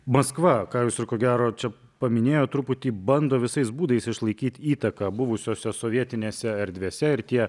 maskva ką jūs ir ko gero čia paminėjot truputį bando visais būdais išlaikyt įtaką buvusiose sovietinėse erdvėse ir tie